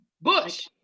Bush